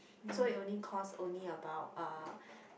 so it only cost only about uh